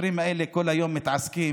השוטרים האלה כל הזמן מתעסקים,